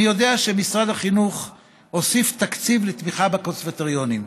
אני יודע שמשרד החינוך הוסיף תקציב לתמיכה בקונסרבטוריונים,